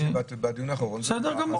אני רוצה לציין שבדיון האחרון --- בסדר גמור.